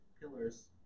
pillars